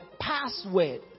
password